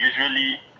usually